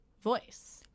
voice